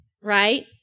right